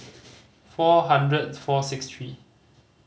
four hundred four six three